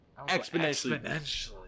Exponentially